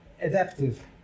adaptive